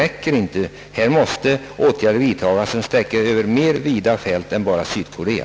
Jag har också framhållit att de inte är tillräckliga utan att åtgärder måste vidtagas som sträcker sig över ett betydligt vidare fält än Sydkorea.